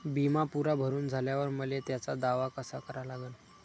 बिमा पुरा भरून झाल्यावर मले त्याचा दावा कसा करा लागन?